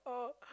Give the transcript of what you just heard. oh